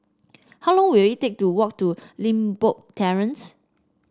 how long will it take to walk to Limbok Terrace